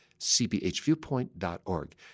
cbhviewpoint.org